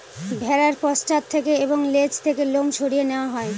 ভেড়ার পশ্চাৎ থেকে এবং লেজ থেকে লোম সরিয়ে নেওয়া হয়